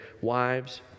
wives